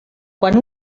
quan